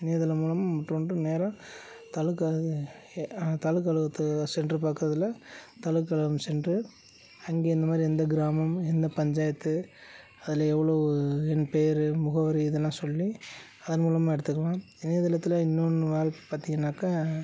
இணையதளம் மூலம் மற்றொன்று நேராக தாலுகா இது தாலுகா அலுவலகத்துக்கு சென்று பார்க்கறதுல தாலுகா அலுவலகம் சென்று அங்கே இந்த மாதிரி எந்த கிராமம் எந்த பஞ்சாயத்து அதில் எவ்வளோ என் பேர் முகவரி இதெல்லாம் சொல்லி அதன் மூலமாக எடுத்துக்கலாம் இணையதளத்தில் இன்னொன்று வ பார்த்திங்கனாக்கா